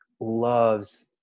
loves